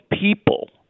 people